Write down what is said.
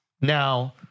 Now-